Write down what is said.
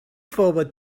forward